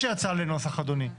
הצעה לנוסח, אדוני.